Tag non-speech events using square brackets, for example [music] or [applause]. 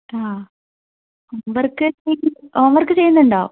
ആഹ് homework [unintelligible] homework ചെയ്യുന്നുണ്ടോ